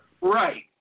Right